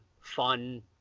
fun